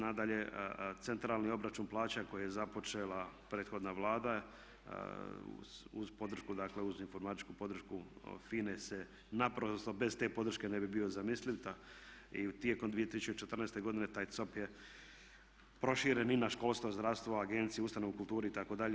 Nadalje, centralni obračun plaća koji je započela prethodna Vlada uz podršku, informatičku podršku FINA-e naprosto bez te podrške ne bi bio zamisliv i tijekom 2014. godine taj COP je proširen i na školstvo, zdravstvo, agencije, ustanove u kulturi itd.